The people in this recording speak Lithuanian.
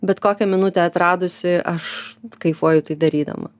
bet kokią minutę atradusi aš kaifuoju tai darydama